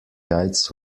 jajc